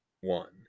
One